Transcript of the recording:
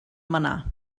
manar